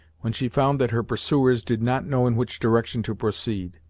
when she found that her pursuers did not know in which direction to proceed.